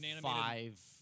five